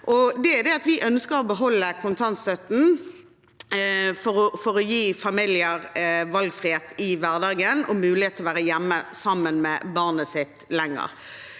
vi ønsker å beholde kontantstøtten for å gi familier valgfrihet i hverdagen og mulighet til å være hjemme sammen med barnet sitt lenger.